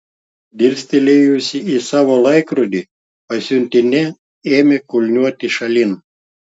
dirstelėjusi į savo laikrodį pasiuntinė ėmė kulniuoti šalin